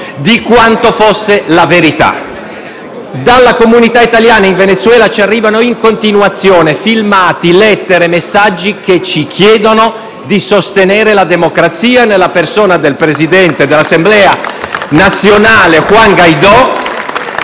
l'opposto della verità. Dalla comunità italiana in Venezuela ci arrivano in continuazione filmati, lettere e messaggi, che ci chiedono di sostenere la democrazia, nella persona del presidente dell'Assemblea nazionale, Juan Guaidó